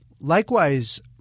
Likewise